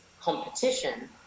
competition